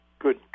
good